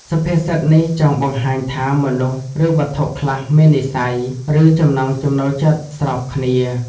សុភាសិតនេះចង់បង្ហាញថា មនុស្ស ឬវត្ថុខ្លះមាននិស្ស័យ ឬចំណង់ចំណូលចិត្តស្របគ្នា។